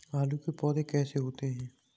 आलू के पौधे कैसे होते हैं?